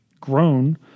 grown